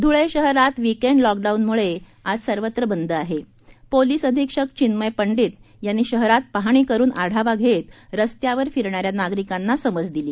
धुळे शहरात विकेंड लॉकडाऊनमूळे आज सर्वच बंद आहे पोलीस अधीक्षक चिन्मय पंडित यांनी शहरात पाहणी करून आढावा घेत रस्त्यावर फिरणाऱ्या नागरिकांना समज दिली